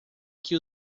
que